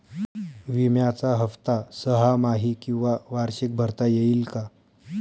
विम्याचा हफ्ता सहामाही किंवा वार्षिक भरता येईल का?